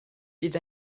bydd